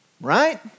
Right